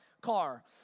car